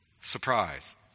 Surprise